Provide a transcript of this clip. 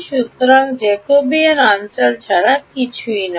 সুতরাং জ্যাকবিয়ান অঞ্চল ছাড়া কিছুই নয়